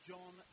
John